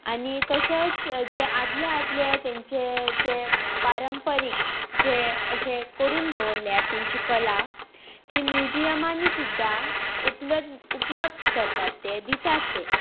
आनी तशेंच जे आदले आदले तेंचे जे परंपरीक जे अशे करून दवरल्यात तेंची कला ती म्युझियमांनी सुद्दां उपलब उपलब्ध करतात ते दितात ते